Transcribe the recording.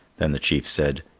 then the chief said,